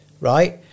right